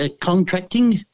Contracting